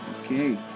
Okay